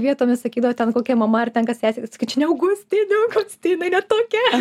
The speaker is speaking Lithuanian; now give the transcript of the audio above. vietomis sakydavo ten kokia mama ar ten ką sesė sako čia ne augustė ne augustė jinai ne tokia